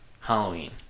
Halloween